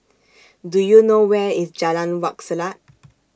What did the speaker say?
Do YOU know Where IS Jalan Wak Selat